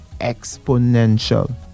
exponential